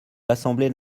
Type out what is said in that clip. l’assemblée